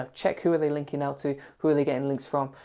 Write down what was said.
ah check who're they linking out to, who're they getting links from,